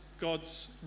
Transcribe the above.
God's